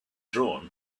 drawn